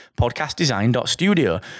podcastdesign.studio